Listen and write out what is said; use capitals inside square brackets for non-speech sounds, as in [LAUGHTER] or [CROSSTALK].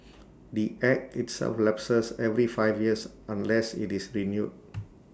the act itself lapses every five years unless IT is renewed [NOISE]